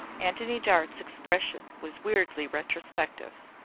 antony dart's expression was weirdly retrospective.